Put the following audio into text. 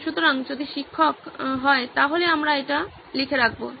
সুতরাং যদি শিক্ষক তাহলে আমরা এটা নামিয়ে রাখব স্যার